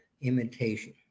imitation